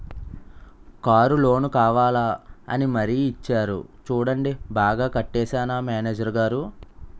Car loan కావాలా అని మరీ ఇచ్చేరు చూడండి బాగా కట్టేశానా మేనేజరు గారూ?